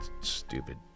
stupid